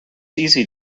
easy